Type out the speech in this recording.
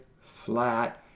flat